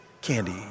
candy